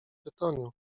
tytoniu